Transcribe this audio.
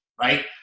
right